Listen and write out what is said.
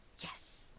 Yes